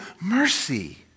mercy